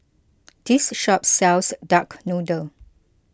this shop sells Duck Noodle